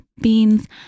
beans